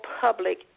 public